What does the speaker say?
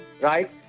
right